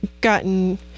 gotten